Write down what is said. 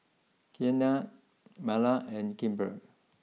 Keanna Marla and Kimber